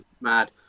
mad